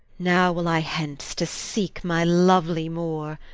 now will i hence to seek my lovely moor,